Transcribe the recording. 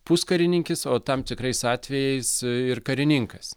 puskarininkis o tam tikrais atvejais ir karininkas